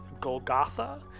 Golgotha